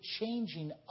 changing